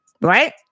Right